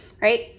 right